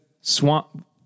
Swamp